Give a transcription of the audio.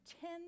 ten